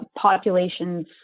populations